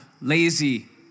lazy